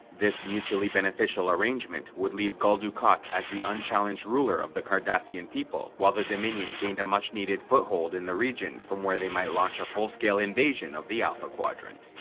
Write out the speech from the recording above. this mutually beneficial arrangement would leave gul dukat as the unchallenged ruler of the cardassian people, while the dominion gained a much needed foothold in the region from where they might launch a full so on invasion of the alpha quadrant.